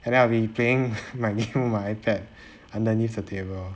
and then I'll be playing my game on my ipad underneath the table